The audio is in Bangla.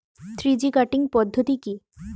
থ্রি জি কাটিং পদ্ধতি কি?